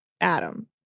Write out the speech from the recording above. Adam